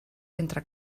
entre